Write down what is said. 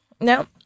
No